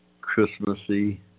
Christmassy